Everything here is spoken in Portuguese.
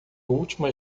última